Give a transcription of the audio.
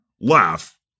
laugh